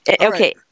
Okay